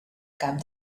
cap